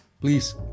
please